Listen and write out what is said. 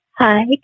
Hi